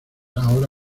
ahora